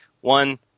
One